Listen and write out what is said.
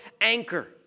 anchor